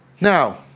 Now